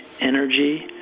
Energy